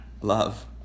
Love